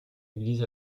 église